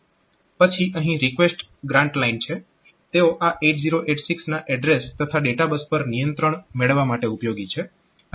પછી અહીં request grant line છે તેઓ આ 8086 ના એડ્રેસ તથા ડેટા બસ પર નિયંત્રણ મેળવવા માટે ઉપયોગી છે